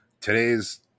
today's